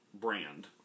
brand